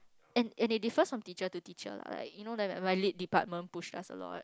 and and it differs from teacher to teacher lah like you know that my Lit department push us a lot